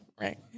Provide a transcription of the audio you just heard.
right